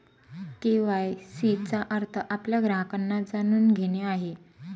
KYC चा अर्थ आपल्या ग्राहकांना जाणून घेणे आहे